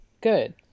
Good